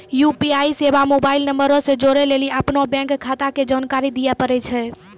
UPI सेबा mobile नंबरो से जोड़ै लेली अपनो बैंक खाता के जानकारी दिये पड़ै छै